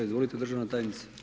Izvolite državna tajnice.